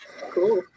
Cool